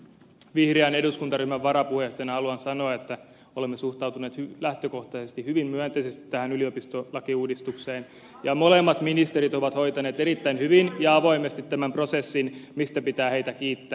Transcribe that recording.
vihreän eduskuntaryhmän varapuheenjohtajana haluan sanoa että olemme suhtautuneet lähtökohtaisesti hyvin myönteisesti tähän yliopistolakiuudistukseen ja molemmat ministerit ovat hoitaneet erittäin hyvin ja avoimesti tämän prosessin mistä pitää heitä kiittää